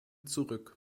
zurück